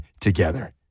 together